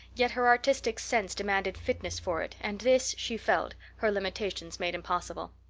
yet her artistic sense demanded fitness for it and this, she felt, her limitations made impossible.